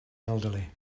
elderly